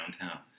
downtown